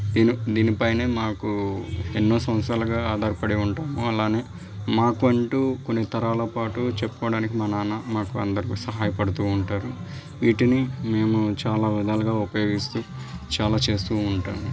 దీని దీనిపైన మాకు ఎన్నో సంవత్సరాలుగా ఆధారపడి ఉంటాము అలాగే మాకంటు కొన్ని తరాల పాటు చెప్పుకోవడానికి మా నాన్న మాకు అందరికి సహాయపడుతు ఉంటారు వీటిని మేము చాలా విధాలుగా ఉపయోగిస్తు చాలా చేస్తు ఉంటాము